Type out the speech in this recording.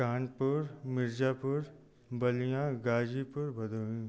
Kanpur Mirzapur Ballia Ghazipur Bhadohi